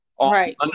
right